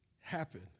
happen